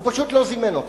הוא פשוט לא זימן אותם.